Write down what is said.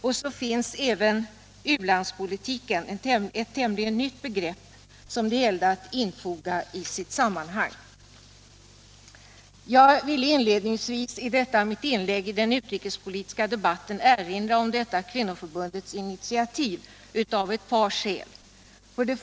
Och där finns också ulandspolitiken, ett tämligen nytt begrepp som det gällde att infoga i sitt sammanhang. Inledningsvis vill jag i detta inlägg i den utrikespolitiska debatten erinra om detta kvinnoförbundets initiativ, och det gör jag av ett par speciella orsaker.